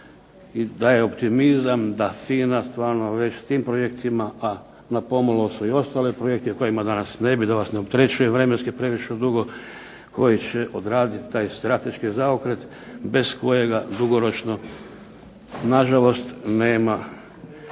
daje optimizam da FINA već s tim projektima, a na pomolu su i ostali projekti o kojima danas ne bi da vas ne opterećujem vremenski dugo, koji će odraditi taj strateški zaokret bez kojega dugoročno na žalost nema